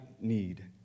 need